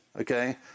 okay